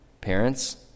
Parents